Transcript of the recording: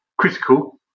critical